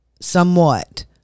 somewhat